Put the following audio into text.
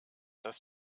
das